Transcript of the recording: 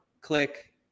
click